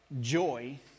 joy